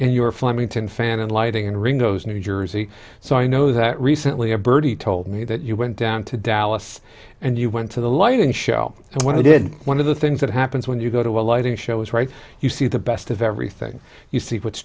and your flemington fan and lighting and ring those new jersey so i know that recently a birdie told me that you went down to dallas and you went to the lighting show and what i did one of the things that happens when you go to a lighting show is right you see the best of everything you see what's